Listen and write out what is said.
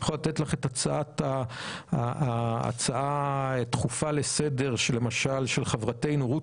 אני יכול לתת את ההצעה הדחופה לסדר של חברתנו רות